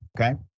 okay